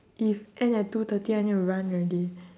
if end at two thirty I need to run already